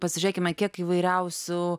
pasižiūrėkime kiek įvairiausių